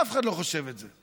אף אחד לא חושב את זה.